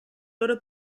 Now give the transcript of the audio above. loro